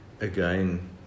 again